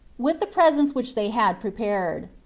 with the presents which they had prepared.